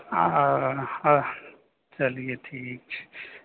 ओ चलिए ठीक छै